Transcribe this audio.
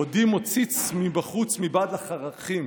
בעודי מציץ מבחוץ מבעד לחרכים